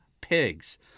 pigs